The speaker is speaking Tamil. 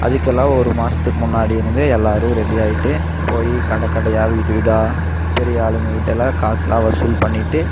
அதுக்கெல்லாம் ஒரு மாதத்துக்கு முன்னாடி இருந்து எல்லோரும் ரெடியாகிட்டு போய் கடை கடையாக வீடு வீடாக பெரிய ஆளுங்கள் கிட்டேலாம் காசுலாம் வசூல் பண்ணிவிட்டு